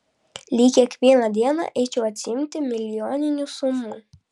lyg kiekvieną dieną eičiau atsiimti milijoninių sumų